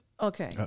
okay